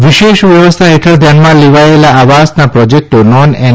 વિશેષ વ્યવસ્થા હેઠળે ધ્યાનમાં લેવાયેલા આવાસના પ્રોજેક્ટો નોનએન